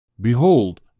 Behold